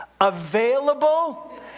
available